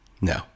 No